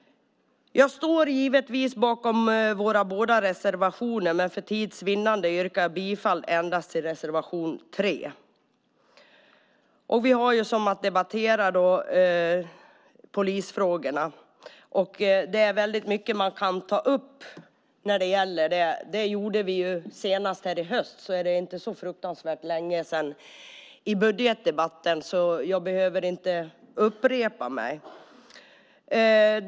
Jag står givetvis bakom våra båda reservationer, men för tids vinnande yrkar jag bifall endast till reservation 3. Vi har alltså att debattera polisfrågorna, där det finns väldigt mycket som man kan ta upp. Det gjorde vi senast i budgetdebatten i höstas. Det är inte så fruktansvärt länge sedan, så jag behöver inte upprepa mig.